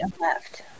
left